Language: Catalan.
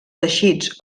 teixits